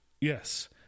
Yes